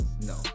No